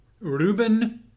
Ruben